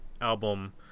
album